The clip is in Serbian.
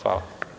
Hvala.